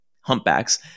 humpbacks